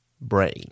brain